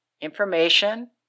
information